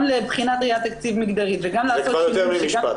גם לבחינת ראיית תקציב מגדרי וגם לעשות --- זה כבר יותר ממשפט,